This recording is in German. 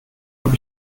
habe